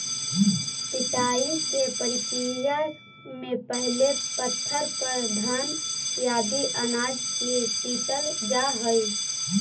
पिटाई के प्रक्रिया में पहिले पत्थर पर घान आदि अनाज के पीटल जा हइ